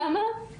למה?